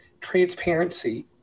transparency